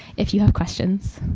if you have questions.